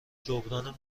جبران